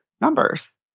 numbers